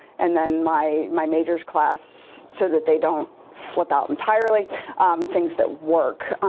and then my my majors class so that they don't flip out entirely things that work.